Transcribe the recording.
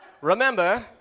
Remember